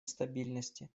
стабильности